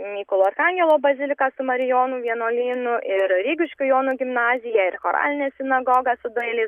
mykolo arkangelo bazilika su marijonų vienuolynu ir rygiškių jono gimnazija ir choralinė sinagoga su dailės